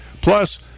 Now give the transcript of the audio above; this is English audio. Plus